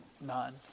None